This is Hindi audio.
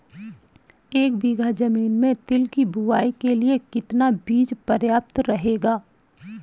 एक बीघा ज़मीन में तिल की बुआई के लिए कितना बीज प्रयाप्त रहेगा?